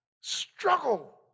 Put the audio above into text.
struggle